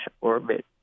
orbit